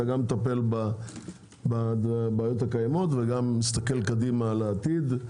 ואתה גם מטפל בבעיות הקיימות וגם מסתכל קדימה על העתיד.